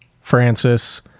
Francis